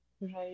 right